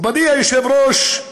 מכבודי היושב-ראש,